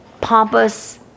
pompous